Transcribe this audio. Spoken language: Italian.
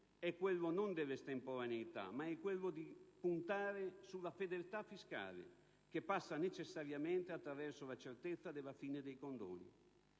è quello non dell'estemporaneità, ma della fedeltà fiscale, che passa necessariamente attraverso la certezza della fine dei condoni.